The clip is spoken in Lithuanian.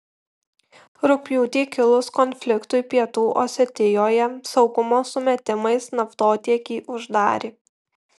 rugpjūtį kilus konfliktui pietų osetijoje saugumo sumetimais naftotiekį uždarė